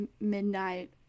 midnight